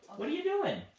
what are you doing?